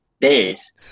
Days